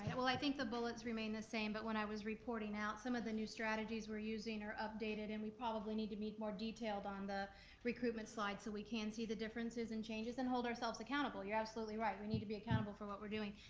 and well i think the bullets remain the same, but when i was reporting out, some of the new strategies we're using are updated, and we probably need make more detailed on the recruitment slide so that we can see the differences and changes and hold ourselves accountable. you're absolutely right, we need to be accountable for what we're doing,